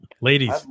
ladies